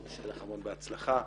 שיהיה לך המון בהצלחה.